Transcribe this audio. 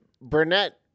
Burnett